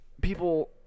people